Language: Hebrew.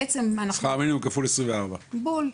שכר מינימום כפול 24. בול.